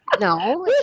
No